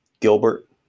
Gilbert